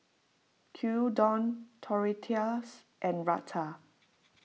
Gyudon Tortillas and Raita